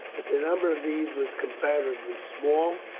but the number of these was comparatively small,